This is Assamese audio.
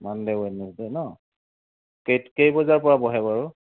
মানডে ৱেডনেচডে ন কেই কেই বজাৰ পৰা বহে বাৰু